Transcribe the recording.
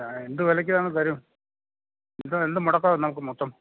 ആ എന്തു വിലയ്ക്ക് നമുക്ക് തരും എന്ത് മുടക്കമാകും നമുക്ക് മൊത്തം